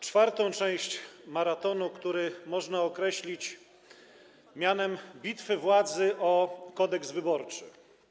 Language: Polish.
czwartą część maratonu, który można określić mianem bitwy władzy o Kodeks wyborczy.